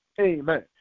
Amen